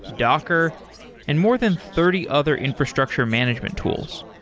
docker and more than thirty other infrastructure management tools.